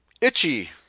itchy